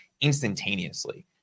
instantaneously